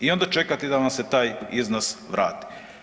I onda čekati da vam se taj iznos vrati.